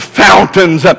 fountains